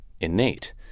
innate